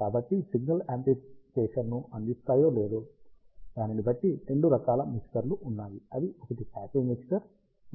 కాబట్టి సిగ్నల్ యాంప్లిఫికేషన్ను అందిస్తాయో లేదో బట్టి రెండు రకాల మిక్సర్లు ఉన్నాయి అవి ఒకటి పాసివ్ మిక్సర్